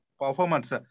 performance